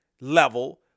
level